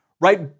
right